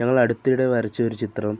ഞങ്ങൾ അടുത്തിടെ വരച്ചൊരു ചിത്രം